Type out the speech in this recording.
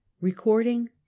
Recording